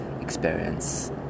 experience